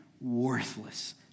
worthless